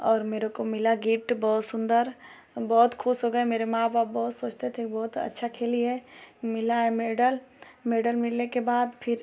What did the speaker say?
और मेरे को मिला गिप्ट बहुत सुंदर हम बहुत खुश हो गए मेरे माँ बाप बहुत सोचते थे कि बहुत अच्छा खेली है मिला है मेडल मेडल मिलने के बाद फिर